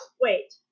wait